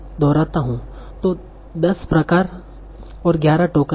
तो 10 प्रकार और 11 टोकन हैं